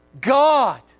God